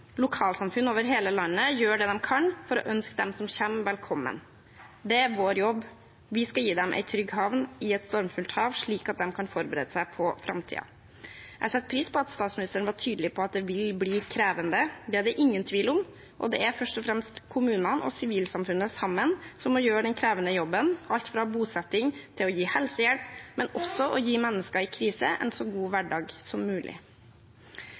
Lokalsamfunn over hele landet gjør det de kan for å ønske dem som kommer, velkommen. Det er vår jobb. Vi skal gi dem en trygg havn i et stormfullt hav, slik at de kan forberede seg på framtiden. Jeg setter pris på at statsministeren var tydelig på at det vil bli krevende – det er det ingen tvil om – og det er først og fremst kommunene og sivilsamfunnet som sammen må gjør den krevende jobben, alt fra bosetting til å gi helsehjelp, men også å gi mennesker i krise en så god hverdag som mulig.